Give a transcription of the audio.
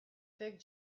fig